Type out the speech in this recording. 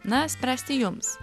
na spręsti jums